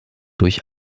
durch